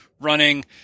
running